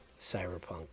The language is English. cyberpunk